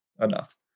enough